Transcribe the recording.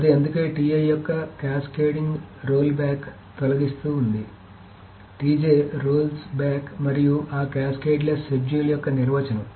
అది అందుకే యొక్క క్యాస్కేడింగ్ రోల్ బ్యాక్ తొలగిస్తుంది ఉంది రోల్స్ బ్యాక్ మరియు ఆ క్యాస్కేడ్లెస్ షెడ్యూల్ యొక్క నిర్వచనం